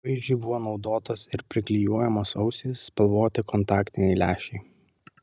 įvaizdžiui buvo naudotos ir priklijuojamos ausys spalvoti kontaktiniai lęšiai